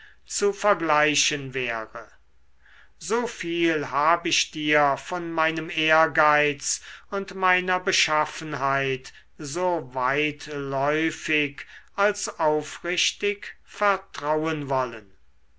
zu vergleichen wäre so viel hab ich dir von meinem ehrgeiz und meiner beschaffenheit so weitläufig als aufrichtig vertrauen wollen